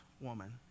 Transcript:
woman